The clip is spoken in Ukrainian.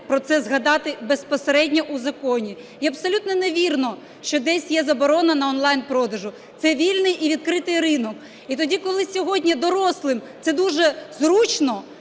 про це згадати безпосередньо у законі. І абсолютно не вірно, що десь є заборона на онлайн-продаж, це вільний і відкритий ринок. І тоді, коли сьогодні дорослим це дуже зручно,